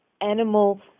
animal